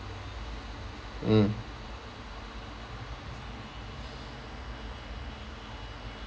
mm